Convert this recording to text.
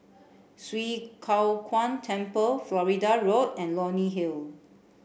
Swee Kow Kuan Temple Florida Road and Leonie Hill